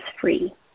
free